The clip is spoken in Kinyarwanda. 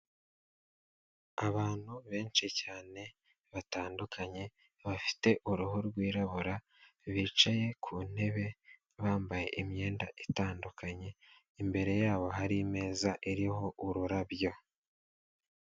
Abantu benshi cyane batandukanye bafite uruhu rwirabura bicaye ku ntebe bambaye imyenda itandukanye, imbere yabo hari imeza iriho ururabyo.